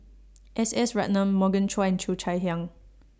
S S Ratnam Morgan Chua and Cheo Chai Hiang